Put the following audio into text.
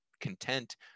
content